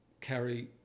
carry